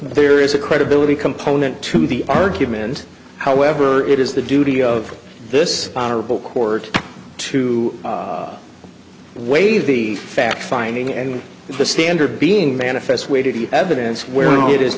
there is a credibility component to the argument however it is the duty of this honorable court to waive the fact finding and the standard being manifest way to the evidence where it is